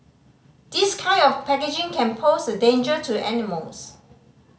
this kind of packaging can pose a danger to animals